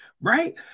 right